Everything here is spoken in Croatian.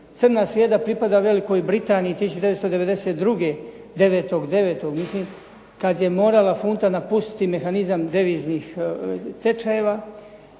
Crna srijeda pripada Velikoj Britaniji 9.9.1992. kad je morala funta napustiti mehanizam deviznih tečajeva.